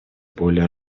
более